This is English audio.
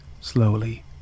slowly